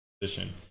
position